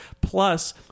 Plus